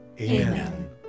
Amen